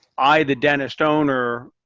i the dentist owner,